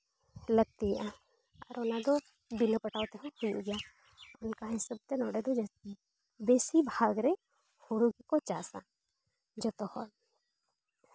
ᱞᱟᱹᱠᱛᱤᱭᱟ ᱟᱨ ᱚᱱᱟᱫᱚ ᱵᱤᱱᱟᱹ ᱯᱟᱴᱟᱣ ᱛᱮᱦᱚᱸ ᱦᱩᱭᱩᱜ ᱜᱮᱭᱟ ᱚᱱᱠᱟ ᱦᱤᱥᱟᱹᱵ ᱛᱮ ᱱᱚᱰᱮ ᱫᱚ ᱡᱟᱹᱥᱛᱤ ᱵᱮᱥᱤ ᱵᱷᱟᱜᱽ ᱨᱮ ᱦᱳᱲᱳ ᱠᱚᱠᱚ ᱪᱟᱥᱼᱟ ᱡᱚᱛᱚ ᱦᱚᱲ